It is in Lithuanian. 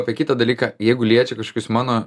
apie kitą dalyką jeigu liečia kažkokius mano